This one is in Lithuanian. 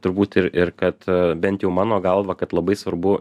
turbūt ir ir kad bent jau mano galva kad labai svarbu